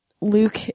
Luke